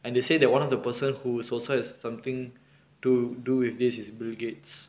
and they say that one of the person who is also has something to do with this is bill gates